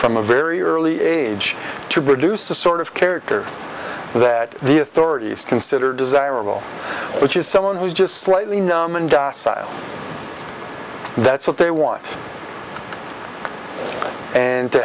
from a very early age to produce the sort of character that the authorities consider desirable which is someone who's just slightly numb and that's what they want and to